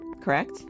correct